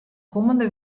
kommende